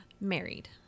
Married